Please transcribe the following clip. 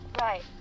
Right